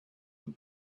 and